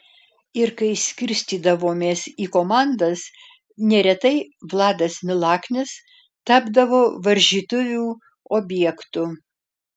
ir kai skirstydavomės į komandas neretai vladas milaknis tapdavo varžytuvių objektu